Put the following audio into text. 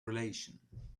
relation